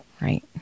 right